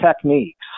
techniques